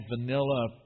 vanilla